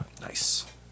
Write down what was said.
Nice